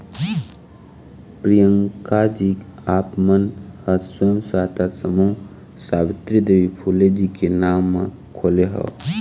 प्रियंकाजी आप मन ह स्व सहायता समूह सावित्री देवी फूले जी के नांव म खोले हव